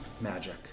magic